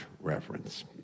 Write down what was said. reference